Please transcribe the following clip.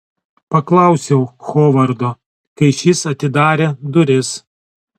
paklausiau hovardo kai šis atidarė duris